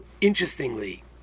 interestingly